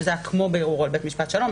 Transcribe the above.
שזה היה כמו בערעור על בית משפט שלום.